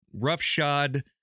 roughshod